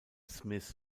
smith